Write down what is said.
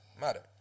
matter